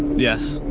yes.